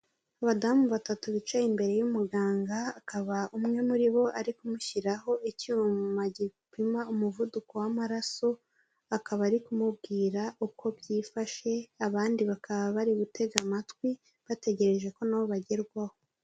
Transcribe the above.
Abadamu batatu bicaye imbere y'umuganga akaba umwe muri bo ari kumushyiraho icyuma gipima umuvuduko w'amaraso, akaba ari kumubwira uko byifashe abandi bakaba bari gutega amatwi bategereje ko nabo bagerwaho.